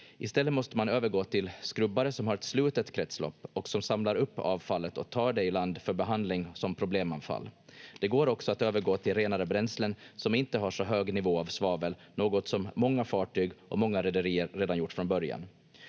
I stället måste man övergå till skrubbare som har ett slutet kretslopp och som samlar upp avfallet och tar det i land för behandling som problemavfall. Det går också att övergå till renare bränslen som inte har så hög nivå av svavel, något som många fartyg och många rederier redan gjort från början.